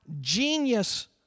genius